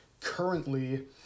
currently